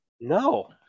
No